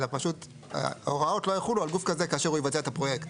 אלא פשוט ההוראות לא יחולו על גוף כזה כאשר הוא יבצע את הפרויקט.